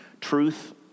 truth